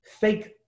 fake